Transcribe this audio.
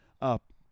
up